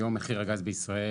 היום מחיר הגז בישראל,